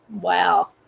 Wow